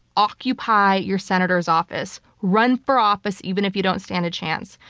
occupy your senator's office. run for office, even if you don't stand a chance.